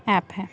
app ਹੈ